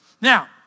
Now